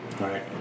right